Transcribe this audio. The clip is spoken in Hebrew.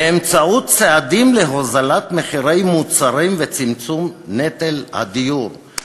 באמצעות צעדים להוזלת מחירי מוצרים וצמצום נטל הדיור".